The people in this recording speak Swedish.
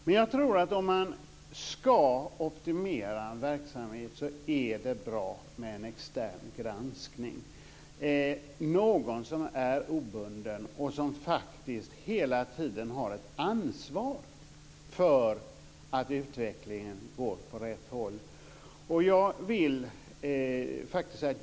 Men om man ska optimera en verksamhet är det nog bra med extern granskning - någon som är obunden och som faktiskt hela tiden har ett ansvar för att utvecklingen går åt rätt håll.